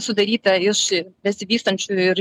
sudaryta iš besivystančių ir